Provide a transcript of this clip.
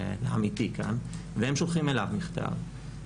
והם שולחים אליו מכתב.